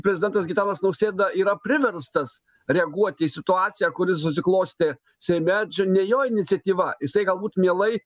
prezidentas gitanas nausėda yra priverstas reaguoti į situaciją kuri susiklostė seime čia ne jo iniciatyva jisai galbūt mielai